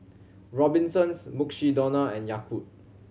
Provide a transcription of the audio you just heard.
Robinsons Mukshidonna and Yakult